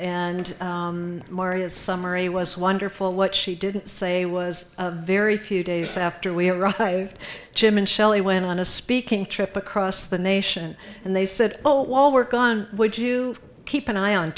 and maurice summary was wonderful what she didn't say was very few days after we arrived jim and shelley went on a speaking trip across the nation and they said oh while we're gone would you keep an eye on